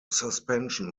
suspension